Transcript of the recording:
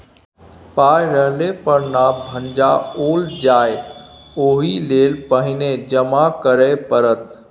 पाय रहले पर न भंजाओल जाएत ओहिलेल पहिने जमा करय पड़त